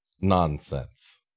Nonsense